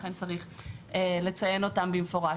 ולכן צריך לציין אותן במפורש.